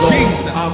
Jesus